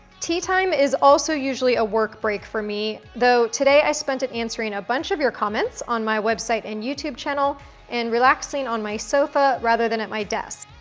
tea time is also usually a work break for me, though today i spent it answering a bunch of your comments on my website and youtube channel and relaxing on my sofa rather than at my desk.